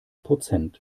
prozent